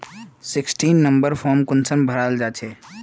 Sixteen number form कुंसम भराल जाछे?